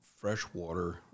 freshwater